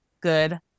good